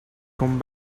come